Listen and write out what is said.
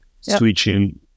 switching